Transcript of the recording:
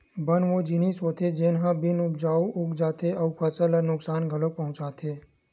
बन ओ जिनिस होथे जेन ह बिन उपजाए उग जाथे अउ फसल ल नुकसान घलोक पहुचाथे